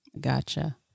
Gotcha